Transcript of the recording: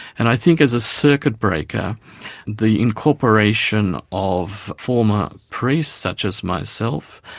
and i think as a circuit breaker the incorporation of former priests such as myself,